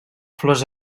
flors